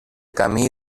camí